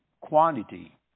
quantity